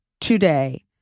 today